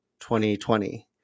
2020